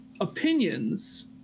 opinions